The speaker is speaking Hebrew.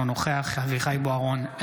אינו נוכח אביחי אברהם בוארון,